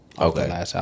Okay